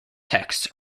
texts